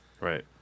Right